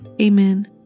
Amen